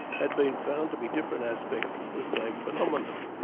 had been found to be different aspects of the same phenomenon,